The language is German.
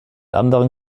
anderen